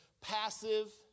passive